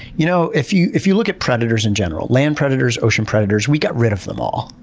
you know if you if you look at predators in general, land predators, ocean predators, we got rid of them all.